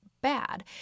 bad